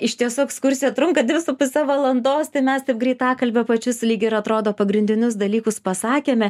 iš tiesų ekskursija trunka dvi su puse valandos tai mes taip greitakalbe pačius lyg ir atrodo pagrindinius dalykus pasakėme